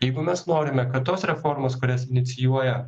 jeigu mes norime kad tos reformos kurias inicijuoja